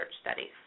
studies